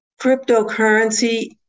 Cryptocurrency